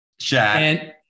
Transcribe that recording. Shaq